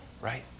Right